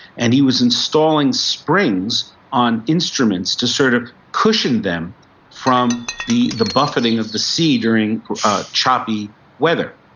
and he was installing springs on instruments to sort of cushion them from the the buffeting of the seed during choppy weather.